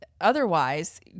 otherwise